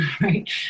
right